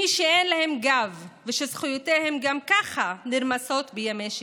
מי שאין להם גב ושזכויותיהם גם ככה נרמסות בימי שגרה.